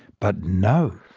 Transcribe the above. but no,